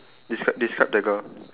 describe describe the girl